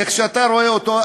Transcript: איך שאתה רואה אותו,